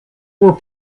were